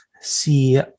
see